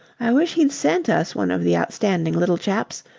i wish he'd sent us one of the outstanding little chaps.